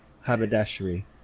haberdashery